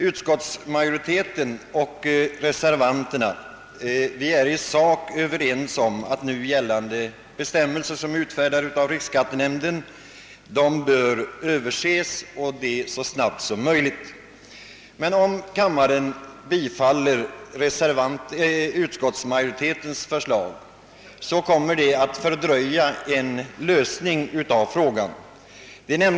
Utskottsmajoriteten och reservanterna är i sak överens om att nu gällande bestämmelser — som är utfärdade av riksskattenämnden — bör överses så snart som möjligt. Men om kammaren bifaller — utskottsmajoritetens förslag kommer en lösning av frågan att fördröjas.